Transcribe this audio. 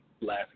last